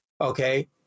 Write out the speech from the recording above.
Okay